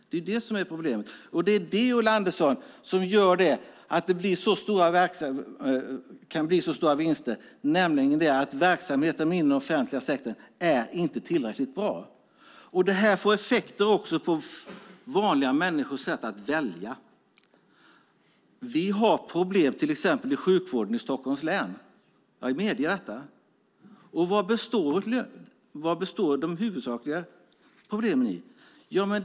Det är det, Ulla Andersson, som gör att det kan bli så stora vinster, alltså att verksamheten inom den offentliga sektorn inte är tillräckligt bra. Detta får effekter också på vanliga människors sätt att välja. Vi har problem till exempel i sjukvården i Stockholms län. Jag medger detta. Vad består de huvudsakliga problemen i?